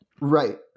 Right